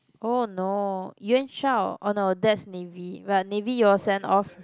oh no Yuan-Shao oh no that's Navy but Navy y'all send off